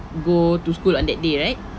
go to school on that day right